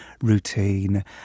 routine